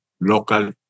local